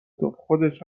تون، خودش